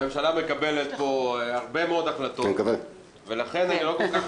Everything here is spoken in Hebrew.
הממשלה מקבלת פה הרבה מאוד החלטות ולכן אני לא כל כך